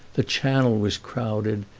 the channel was crowded,